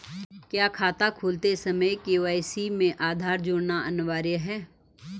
क्या खाता खोलते समय के.वाई.सी में आधार जोड़ना अनिवार्य है?